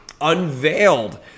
unveiled